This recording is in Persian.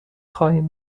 خواهیم